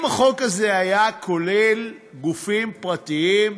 אם החוק הזה היה כולל גופים פרטיים,